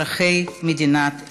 אזרחי מדינת ישראל.